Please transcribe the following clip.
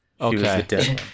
Okay